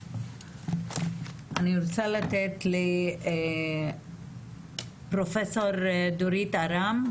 אני רוצה לתת לפרופסור דורית ארם,